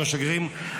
עם השגרירים,